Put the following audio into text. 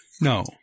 No